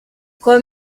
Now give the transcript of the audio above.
com